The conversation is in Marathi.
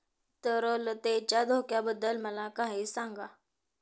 तरलतेच्या धोक्याबद्दल मला काही सांगा